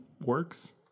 works